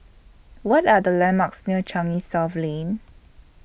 What Are The landmarks near Changi South Lane